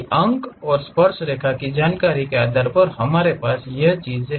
अंक और स्पर्शरेखा जानकारी के आधार पर हमारे पास यह वह है